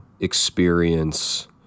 experience